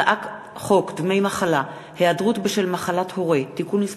הצעת חוק דמי מחלה (היעדרות בשל מחלת הורה) (תיקון מס'